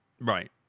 Right